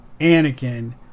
anakin